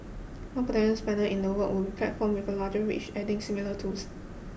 one potential spanner in the works would be platforms with a larger reach adding similar tools